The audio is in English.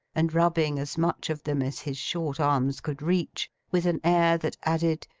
and rubbing as much of them as his short arms could reach with an air that added,